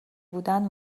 بودند